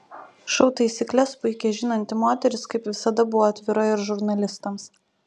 šou taisykles puikiai žinanti moteris kaip visada buvo atvira ir žurnalistams